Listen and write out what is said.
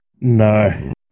No